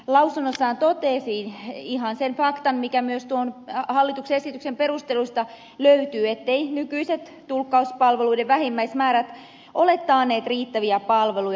perustuslakivaliokuntakin lausunnossaan totesi ihan sen faktan mikä myös hallituksen esityksen perusteluista löytyy etteivät nykyiset tulkkauspalveluiden vähimmäismäärät ole taanneet riittäviä palveluja